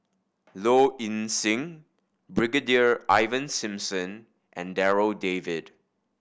Low Ing Sing Brigadier Ivan Simson and Darryl David